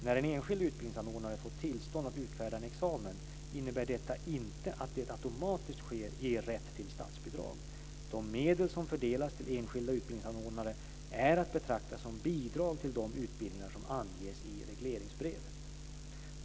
När en enskild utbildningsanordnare får tillstånd att utfärda en examen innebär detta inte att det automatiskt ger rätt till statsbidrag. De medel som fördelas till enskilda utbildningsanordnare är att betrakta som bidrag till de utbildningar som anges i regleringsbrevet.